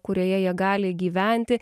kurioje jie gali gyventi